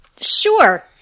Sure